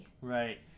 Right